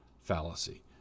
fallacy